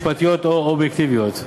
משפטיות או אובייקטיביות.